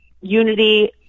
unity